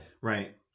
Right